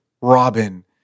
Robin